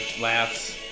laughs